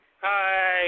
Hi